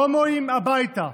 הומואים הביתה,